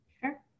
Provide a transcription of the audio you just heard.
Sure